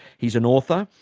he's an author,